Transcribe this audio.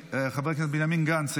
חבר הכנסת בנימין גנץ,